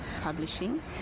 publishing